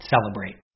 Celebrate